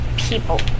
people